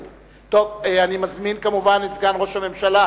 אני מזמין כמובן את סגן ראש הממשלה